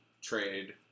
trade